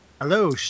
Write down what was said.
hello